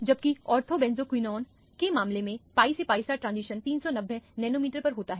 जबकि ortho benzoquinone के मामले में pi से pi ट्रांजिशन 390 नैनोमीटर पर होता है